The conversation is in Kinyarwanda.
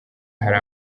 hari